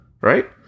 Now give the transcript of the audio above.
right